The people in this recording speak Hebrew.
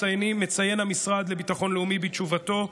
מציין המשרד לביטחון לאומי בתשובתו,